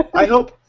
i hope